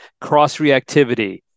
cross-reactivity